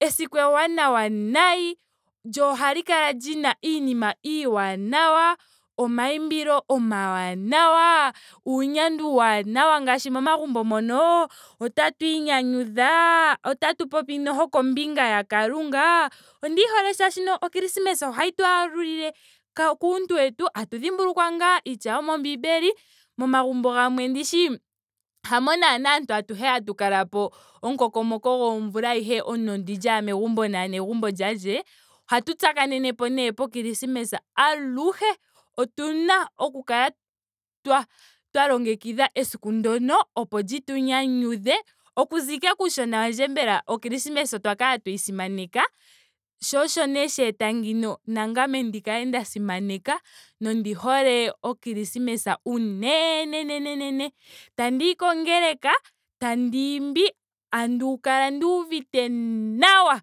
Esiku eewanawa nayi. lyo ohali kala lina iinima iiwanawa. omayimbilo omawanawa. uunyandwa uuwanawa ngaashi momagumbo mono. otatu inyanyudha. otatu popi noho kombinga ya kalunga. ondiyi hole molwaashoka o krismesa ohayi tu galulile kuuntu wetu. tatu dhimbulukwa ngaa iitya yomombiibel. Momagumbo gamwe ndishi hamo naana aantu atuhe hatu kalapo omukokomoko gomvula ayihe. omuntu ondili ashike megumbo naanegumbo lyandje. ohatu tsakanenepo nee po krismesa aluhe otuna oku kala twa- twa longekidha esiku ndyoka opo li tu nyanyudhe. Okuza ashike kuushona wandje mbela o krismesa otwa kala tweyi simaneka sho osho nee sha eta ngeyi nangame ndi kale nda simaneka nondi hole o krismesa unenenene. Tnndiyi kongeleka. tandiimbi. tandi kala nduuvite nawa